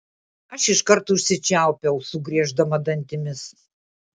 aš iškart užsičiaupiau sugrieždama dantimis